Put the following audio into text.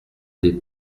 des